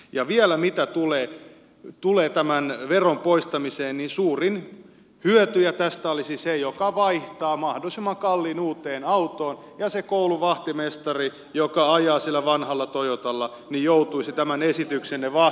ja vielä mitä tulee tämän veron poistamiseen suurin hyötyjä tästä olisi se joka vaihtaa mahdollisimman kalliiseen uuteen autoon ja se koulun vahtimestari joka ajaa sillä vanhalla toyotalla joutuisi tämän esityksenne maksumieheksi